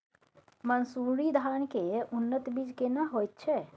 मन्सूरी धान के उन्नत बीज केना होयत छै?